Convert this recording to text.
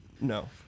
no